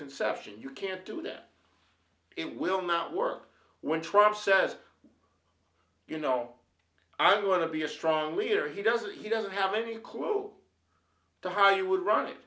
conception you can't do that it will not work when trump says you know i'm going to be a strong leader he doesn't he doesn't have any cloak the high he would run it